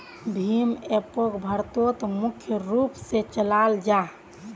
भीम एपोक भारतोत मुख्य रूप से चलाल जाहा